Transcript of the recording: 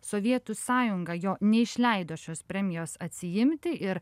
sovietų sąjunga jo neišleido šios premijos atsiimti ir